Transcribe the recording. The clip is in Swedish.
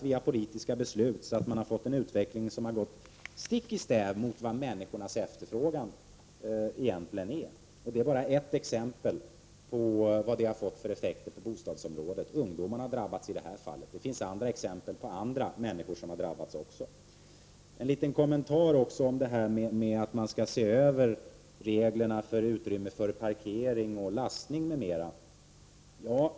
Via politiska beslut har ni planerat för en utveckling som går stick i stäv mot människornas efterfrågan. Att ungdomarna har drabbats är bara ett exempel på effekterna på bostadsområdet — det finns också exempel på att andra människor har drabbats. Jag vill också göra en liten kommmentar till detta att reglerna för utrymme för parkering och lastning m.m. skall ses över.